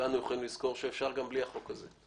כולנו צריכים לזכור שאפשר גם בלי החוק הזה.